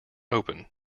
open